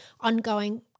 ongoing